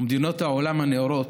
ומדינות העולם הנאורות,